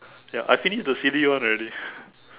ya I finish the C_D one already